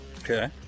Okay